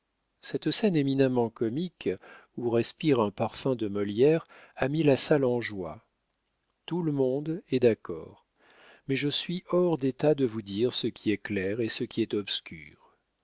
cette scène éminemment comique où respire un parfum de molière a mis la salle en joie tout le monde est d'accord mais je suis hors d'état de vous dire ce qui est clair et ce qui est obscur